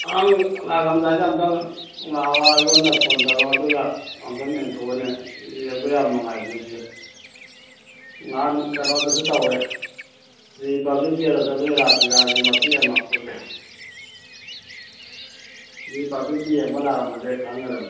ꯑꯪ ꯂꯥꯛꯂꯝꯗꯥꯏꯗ ꯑꯝꯇꯪ ꯂꯥꯛꯑꯣ ꯑꯩꯉꯣꯟꯗ ꯐꯣꯟ ꯇꯧꯔꯛꯑꯣ ꯑꯗꯨꯒ ꯑꯝꯇꯪ ꯌꯦꯡꯊꯣꯛꯑꯣꯅꯦ ꯌꯦꯡꯕ ꯌꯥꯝ ꯅꯨꯡꯉꯥꯏꯕꯅꯤ ꯁꯤꯁꯨ ꯅꯍꯥꯟ ꯀꯩꯅꯣꯗꯁꯨ ꯇꯧꯋꯦ ꯔꯤꯄꯥꯕ꯭ꯂꯤꯛ ꯗꯦꯗꯁꯨ ꯑꯗꯨꯏ ꯔꯥꯁ ꯂꯤꯂꯥꯒꯤ ꯃꯇꯦꯛ ꯑꯃ ꯎꯠꯂꯦ ꯔꯤꯄꯕ꯭ꯂꯤꯛ ꯗꯦ ꯌꯦꯡꯕ ꯂꯥꯛꯑꯝꯃꯗꯤ ꯈꯪꯒꯗꯃꯤ